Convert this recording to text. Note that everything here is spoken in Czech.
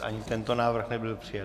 Ani tento návrh nebyl přijat.